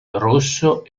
rosso